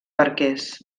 barquers